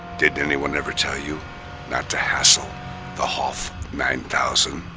did anyone ever tell you not to hassle the hoff nine thousand?